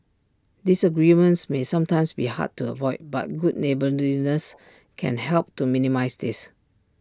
disagreements may sometimes be hard to avoid but good neighbourliness can help to minimise this